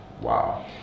Wow